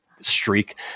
streak